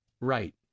Right